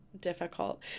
difficult